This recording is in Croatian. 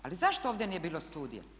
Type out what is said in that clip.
Ali zašto ovdje nije bilo studija?